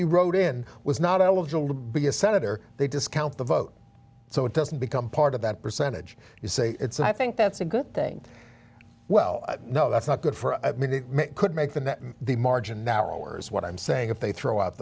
who wrote in was not eligible to be a senator they discount the vote so it doesn't become part of that percentage you say it's i think that's a good thing well no that's not good for a minute could make them that the margin hours what i'm saying if they throw out